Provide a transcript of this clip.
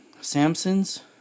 Samson's